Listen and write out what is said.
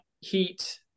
heat